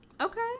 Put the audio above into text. Okay